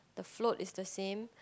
the float is the same